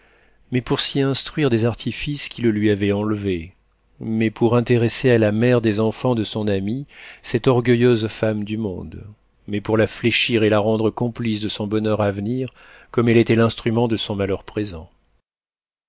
mais pour s'y instruire des artifices qui le lui avaient enlevé mais pour intéresser à la mère des enfants de son ami cette orgueilleuse femme du monde mais pour la fléchir et la rendre complice de son bonheur à venir comme elle était l'instrument de son malheur présent